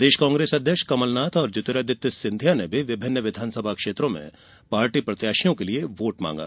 प्रदेश कांग्रेस अध्यक्ष कमलनाथ और ज्योतिरादित्य सिंधिया ने भी विभिन्न विधानसभा क्षेत्रों में पार्टी प्रत्याशियों के लिए वोट मांगा